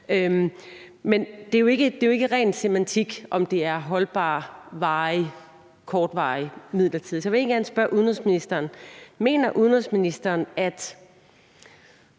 men det er jo ikke ren semantik, om det er holdbart, varigt, kortvarigt eller midlertidigt, så jeg vil egentlig gerne spørge udenrigsministeren: Mener udenrigsministeren, at